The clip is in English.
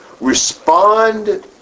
respond